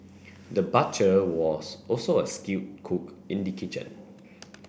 the butcher was also a skilled cook in the kitchen